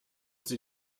sie